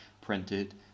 printed